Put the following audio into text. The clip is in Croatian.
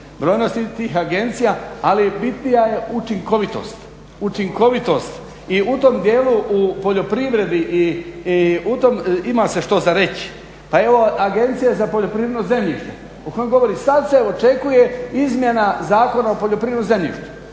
brojnost tih agencija, ali bitnija je učinkovitost i u tom dijelu u poljoprivredi ima se što za reći. Pa evo Agencija za poljoprivredno zemljište … sad se evo očekuje izmjena Zakona o poljoprivrednom zemljištu.